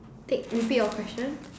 take repeat your question